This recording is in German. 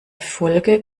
folge